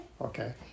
Okay